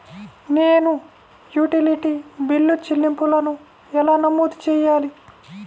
నేను utility bill చెల్లింపులను ఎలా నమోదు చేయాలి?